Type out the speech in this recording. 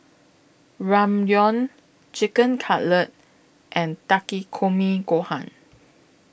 Ramyeon Chicken Cutlet and Takikomi Gohan